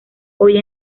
hoy